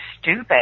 stupid